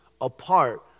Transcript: apart